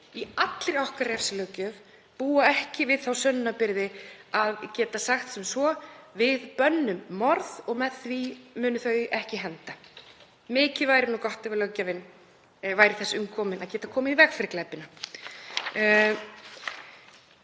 í allri okkar refsilöggjöf búa ekki við það að hægt sé að segja sem svo: Við bönnum morð og með því munu þau ekki henda. Mikið væri nú gott ef löggjafinn væri þess umkominn að geta komið í veg fyrir glæpina.